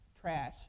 trash